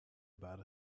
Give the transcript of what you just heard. about